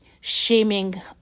shaming